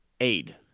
Aid